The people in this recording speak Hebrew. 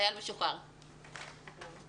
חייל משוחרר, בבקשה.